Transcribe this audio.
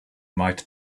might